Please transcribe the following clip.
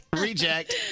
reject